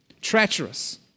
treacherous